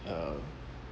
uh